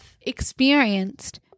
experienced